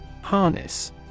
Harness